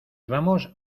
vamos